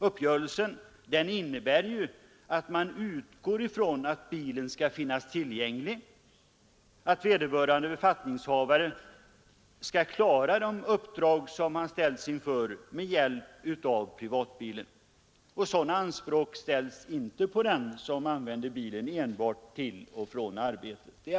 Uppgörelsen innebär att man utgår från att bilen skall finnas tillgänglig och att vederbörande befattningshavare med hjälp av privatbilen skall klara de uppdrag han ställs inför. Sådana anspråk ställs inte på dem som använder bilen enbart till och från arbetet.